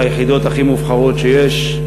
ביחידות הכי מובחרות שיש,